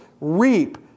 reap